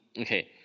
Okay